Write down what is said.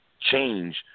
Change